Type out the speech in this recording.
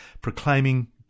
proclaiming